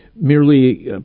merely